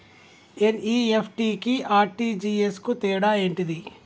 NEFT కి RTGS కు తేడా ఏంటిది?